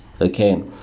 okay